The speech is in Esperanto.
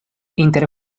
inter